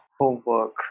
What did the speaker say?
homework